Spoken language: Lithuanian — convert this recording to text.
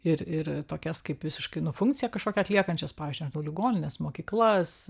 ir ir tokias kaip visiškai nu funkciją kažkokią atliekančias pavyzdžiui ar tai ligonines mokyklas